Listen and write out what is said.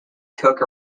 took